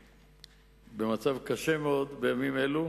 הם במצב קשה מאוד בימים אלה,